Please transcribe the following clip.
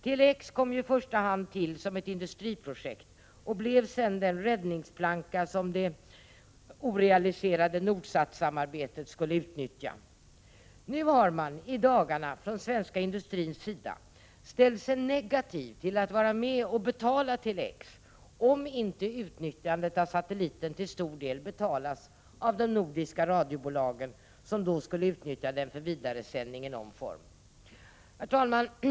Tele-X kom i första hand till som ett industriprojekt och blev sedan den räddningsplanka som det orealiserade Nordsat-samarbetet skulle utnyttja. Nu i dagarna har man från svensk industris sida ställt sig negativ till att vara med och betala Tele-X om inte utnyttjandet av satelliten till stor del betalas av de nordiska radiobolagen, som då skulle begagna satelliten för vidaresändning i någon form. Herr talman!